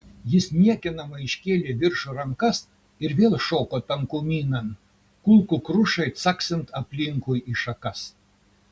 jis niekinamai iškėlė į viršų rankas ir vėl šoko tankumynan kulkų krušai caksint aplinkui į šakas